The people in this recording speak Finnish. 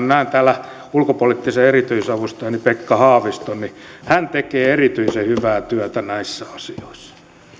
näen täällä ulkopoliittisen erityisavustajani pekka haaviston ja hän tekee erityisen hyvää työtä näissä asioissa